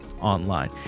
online